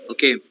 Okay